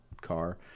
car